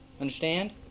understand